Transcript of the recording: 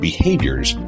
Behaviors